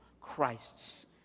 Christ's